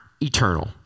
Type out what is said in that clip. eternal